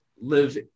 live